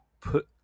put